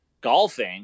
golfing